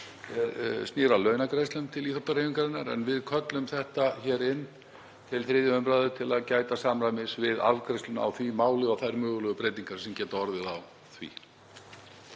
snýr að launagreiðslum til íþróttahreyfingarinnar. En við köllum þetta inn til 3. umr. til að gæta samræmis við afgreiðsluna á því máli og þær mögulegu breytingar sem geta orðið á því.